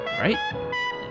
Right